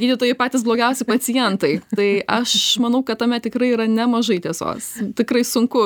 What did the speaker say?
gydytojai patys blogiausi pacientai tai aš manau kad tame tikrai yra nemažai tiesos tikrai sunku